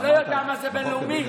נא לסיים.